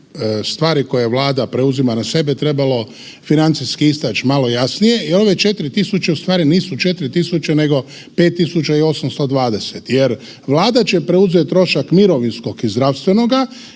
stvari koje Vlada preuzima na sebe trebalo financijski istać malo jasnije i ove 4.000,00 u stvari nisu 4.000,00 nego 5.820,00 jer Vlada će preuzet trošak mirovinskog i zdravstvenoga